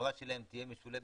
שהחברה שלהם תהיה משולבת